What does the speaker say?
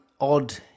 odd